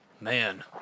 Man